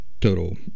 total